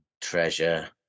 treasure